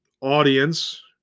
audience